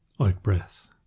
out-breath